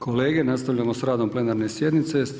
kolege, nastavljamo sa radom plenarne sjednice.